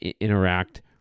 interact